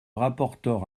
rapporteur